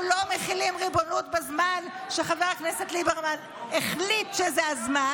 לא מחילים ריבונות בזמן שחבר הכנסת ליברמן החליט שזה הזמן,